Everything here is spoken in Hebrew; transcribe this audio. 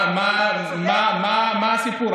מה הסיפור?